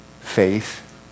faith